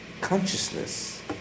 consciousness